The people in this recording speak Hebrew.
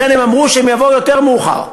לכן הם אמרו שהם יבואו יותר מאוחר.